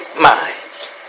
minds